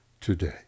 today